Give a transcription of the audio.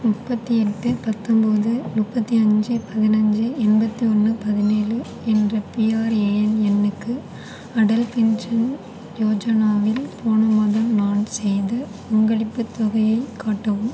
முப்பத்துயெட்டு பத்தம்போது முப்பத்துஅஞ்சி பதினஞ்சு எண்பத்தியொன்று பதினேழு என்ற பிஆர்ஏஎன் எண்ணுக்கு அடல் பென்ஷன் யோஜனாவில் போன மாதம் நான் செய்த பங்களிப்புத் தொகையைக் காட்டவும்